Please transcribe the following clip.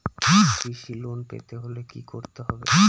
কৃষি লোন পেতে হলে কি করতে হবে?